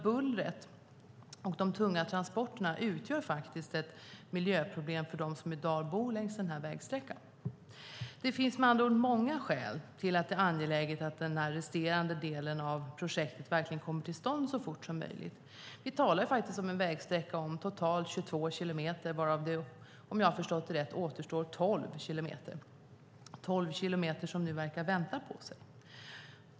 Bullret och de tunga transporterna utgör faktiskt ett miljöproblem för dem som i dag bor längs den här vägsträckan. Det finns med andra ord många skäl till att det är angeläget att den resterande delen av projektet verkligen kommer till stånd så fort som möjligt. Vi talar om en sträcka om totalt 22 kilometer, varav det nu, om jag har förstått det rätt, återstår 12 kilometer. Det är 12 kilometer som nu verkar låta vänta på sig.